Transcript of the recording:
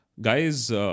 Guys